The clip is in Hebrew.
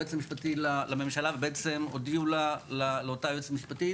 היועץ המשפטי לממשלה ובעצם הודיעו לה לאותה יועצת משפטית